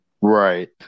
Right